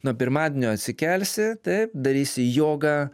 nuo pirmadienio atsikelsi taip darysi jogą